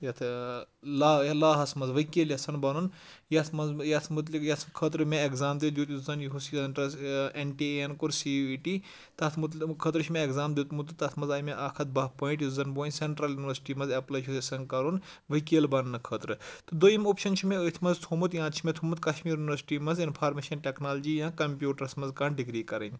یَتھ لا یہِ لاہَس مںٛز ؤکیٖل یَژھان بَنُن یَتھ منٛز بہٕ یَتھ متلق یَتھ خٲطرٕ مےٚ اٮ۪کزام تہِ دیُٚت یُس زَن یُہُس اٮ۪نٹَرٛنس اٮ۪ن ٹی اٮ۪ن کوٚر سی وی ٹی تَتھ متلق خٲطرٕ چھُ مےٚ اٮ۪کزام دیُٚتمُت تہٕ تَتھ منٛز آے مےٚ اَکھ ہَتھ بَہہ پویِنٛٹ یُس زَن وۄنۍ سٮ۪نٹرٛل یوٗنیورسٹی منٛز اٮ۪پلاے چھُس یَژھان کَرُن ؤکیٖل بَننہٕ خٲطرٕ تہٕ دوٚیِم اوپشَن چھِ مےٚ أتھۍ منٛز تھوٚومُت یا تہِ چھِ مےٚ تھوٚومُت کَشمیٖر یوٗنیورسٹی منٛز اِنفارمیشَن ٹیکنالوجی یا کَمپیوٗٹرس منٛز کانٛہہ ڈِگری کَرٕنۍ